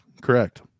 correct